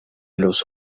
los